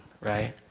right